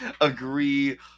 agree